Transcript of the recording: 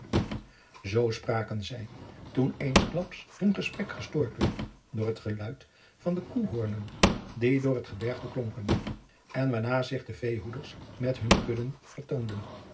zoo spraken zij toen eensklaps hun gesprek gestoord werd door het geluid van de koehoornen die door het gebergte klonken en waarna zich de veehoeders met hunne kudden vertoonden